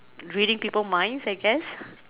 reading people minds I guess